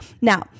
Now